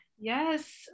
Yes